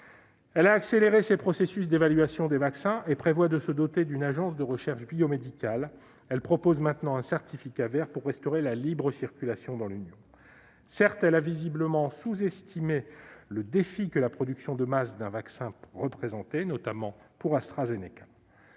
Elle a accéléré ses processus d'évaluation des vaccins et prévoit de se doter d'une agence de recherche biomédicale. Elle propose maintenant un certificat vert pour restaurer la libre circulation dans l'Union. Certes, elle a visiblement sous-estimé le défi que la production de masse d'un vaccin représentait, notamment pour AstraZeneca.